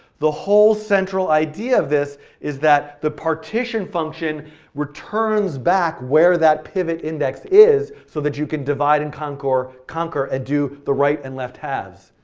the whole central idea of this is that the partition function returns back where that pivot index is so that you can divide and conquer and do the right and left halves.